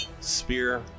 spear